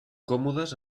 còmodes